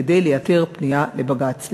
כדי לייתר פנייה לבג"ץ.